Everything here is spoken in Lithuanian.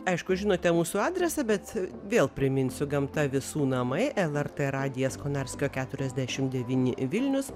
aišku žinote mūsų adresą bet vėl priminsiu gamta visų namai lrt radijas konarskio keturiasdešim devyni vilnius